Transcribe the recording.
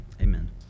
Amen